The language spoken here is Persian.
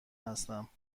هستم